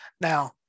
Now